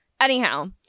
Anyhow